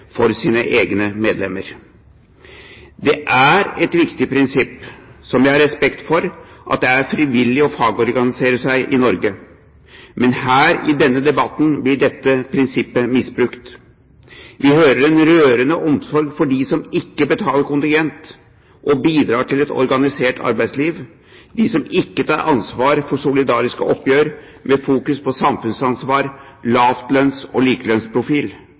for sine egne medlemmer. Det er et viktig prinsipp som jeg har respekt for, at det er frivillig å fagorganisere seg i Norge. Men her i denne debatten blir dette prinsippet misbrukt. Vi hører en rørende omsorg for dem som ikke betaler kontingent og bidrar til et organisert arbeidsliv, dem som ikke tar ansvar for solidariske oppgjør, med fokus på samfunnsansvar, lavtlønns- og likelønnsprofil.